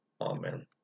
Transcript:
Amen